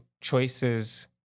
choices